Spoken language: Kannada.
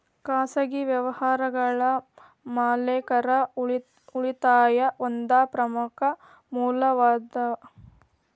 ಖಾಸಗಿ ವ್ಯವಹಾರಗಳ ಮಾಲೇಕರ ಉಳಿತಾಯಾ ಒಂದ ಪ್ರಮುಖ ಮೂಲವಾಗೇದ